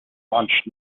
launched